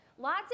Lots